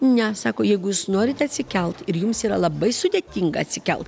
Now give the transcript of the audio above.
ne sako jeigu jūs norite atsikelt ir jums yra labai sudėtinga atsikelt